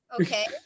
Okay